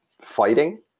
fighting